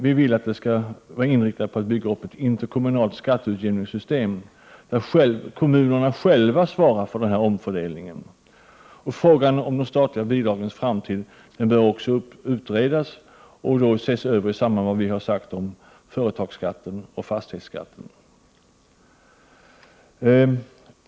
Vi vill att en utredning skall vara inriktad på att bygga upp ett interkommunalt skatteutjämningssystem, där kommunerna själva svarar för omfördelningen. Frågan om de statliga bidragens framtid bör också utredas och då ses över i samband med att företagsskatten och fastighetsskatten erläggs i kommunerna.